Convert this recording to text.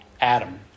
Adam